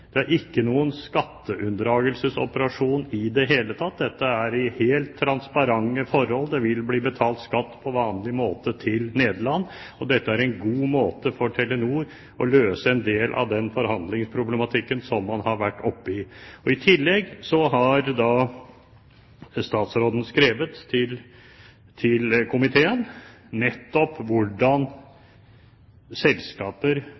Det er ikke noen skatteunndragelsesoperasjon i det hele tatt. Dette er i helt transparente forhold. Det vil bli betalt skatt på vanlig måte til Nederland, og dette er en god måte for Telenor å løse en del av den forhandlingsproblematikken som man har vært oppe i. I tillegg har statsråden skrevet til komiteen nettopp hvordan selskaper